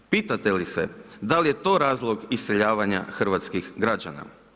Pitate li se da li je to razlog iseljavanja hrvatskih građana?